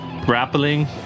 grappling